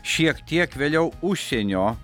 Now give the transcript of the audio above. šiek tiek vėliau užsienio